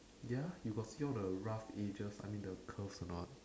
ya you got peel all the rough edges I mean the curve or not